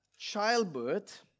childbirth